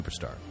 Superstar